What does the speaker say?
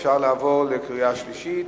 אפשר לעבור לקריאה שלישית?